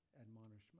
admonishment